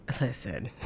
Listen